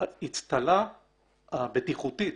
האצטלה הבטיחותית